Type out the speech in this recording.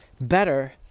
better